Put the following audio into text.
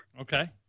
Okay